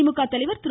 திமுக தலைவர் திரு